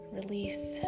release